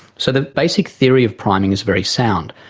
so the basic theory of priming is very sound,